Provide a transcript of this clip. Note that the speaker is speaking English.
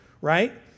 Right